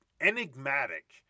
enigmatic